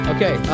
Okay